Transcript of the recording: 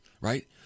right